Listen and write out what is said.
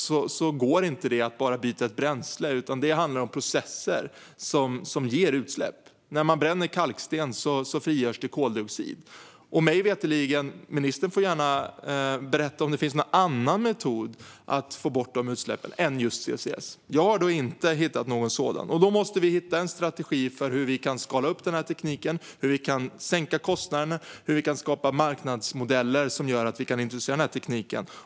Här går det inte att bara byta bränsle, utan det handlar om processer som ger utsläpp. När man bränner kalksten frigörs koldioxid. Ministern får gärna berätta om det finns någon annan metod att få bort dessa utsläpp än med CCS. Jag har inte hittat någon. Vi måste hitta en strategi för hur vi kan skala upp denna teknik, sänka kostnaderna och skapa marknadsmodeller som gör att vi kan introducera denna teknik.